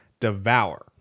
Devour